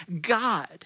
God